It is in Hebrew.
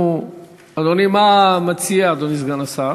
מה מציע אדוני סגן השר?